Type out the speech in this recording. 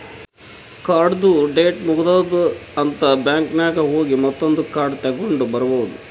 ಕಾರ್ಡ್ದು ಡೇಟ್ ಮುಗದೂದ್ ಅಂತ್ ಬ್ಯಾಂಕ್ ನಾಗ್ ಹೋಗಿ ಮತ್ತೊಂದ್ ಕಾರ್ಡ್ ತಗೊಂಡ್ ಬರ್ಬಹುದ್